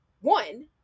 one